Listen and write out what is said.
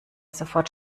sofort